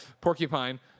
Porcupine